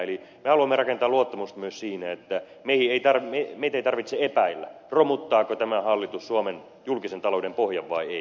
eli me haluamme rakentaa luottamusta myös siinä että meitä ei tarvitse epäillä romuttaako tämä hallitus suomen julkisen talouden pohjan vai ei